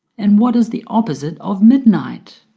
and what is the opposite of midnight?